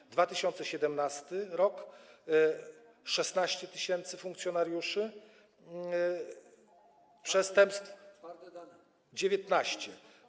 Rok 2017: 16 tys. funkcjonariuszy, przestępstw - 19.